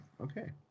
Okay